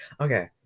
Okay